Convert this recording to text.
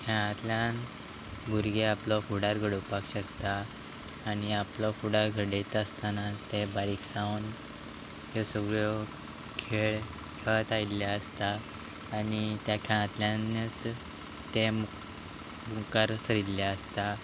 खेळांतल्यान भुरगे आपलो फुडार घडोवपाक शकता आनी आपलो फुडार घडयता आसतना ते बारीक सावन ह्यो सगळ्यो खेळ खेळत आयिल्ले आसता आनी त्या खेळांतल्यानच ते मुख मुखार सरिल्ले आसता